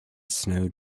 snow